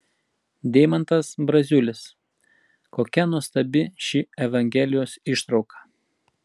deimantas braziulis kokia nuostabi ši evangelijos ištrauka